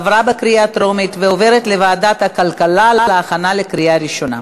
עברה בקריאה טרומית ועוברת לוועדת הכלכלה להכנה לקריאה ראשונה.